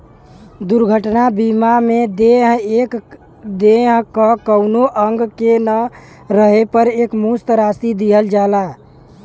दुर्घटना बीमा में देह क कउनो अंग के न रहे पर एकमुश्त राशि दिहल जाला